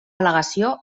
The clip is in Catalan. al·legació